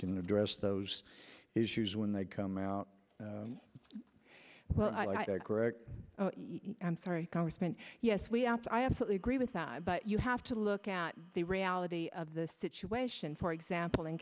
can address those issues when they come out well i'm sorry congressman yes we ought to i absolutely agree with that but you have to look at the reality of the situation for example in